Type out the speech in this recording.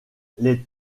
les